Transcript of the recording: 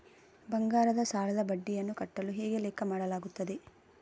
ಬಂಗಾರದ ಸಾಲದ ಬಡ್ಡಿಯನ್ನು ಕಟ್ಟಲು ಹೇಗೆ ಲೆಕ್ಕ ಮಾಡಲಾಗುತ್ತದೆ?